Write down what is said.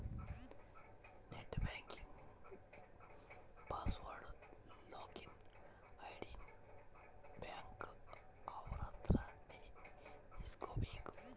net banking password login ID ನ bank ಅವ್ರ ಅತ್ರ ನೇ ಇಸ್ಕಬೇಕು